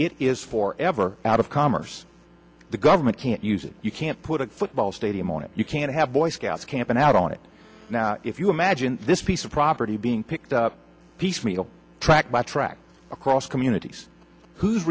it is for ever out of commerce the government can't use it you can't put a football stadium on it you can't have a boy scout camp and out on it now if you imagine this piece of property being picked piecemeal track by track across communities who